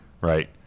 Right